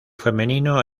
femenino